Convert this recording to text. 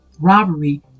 robbery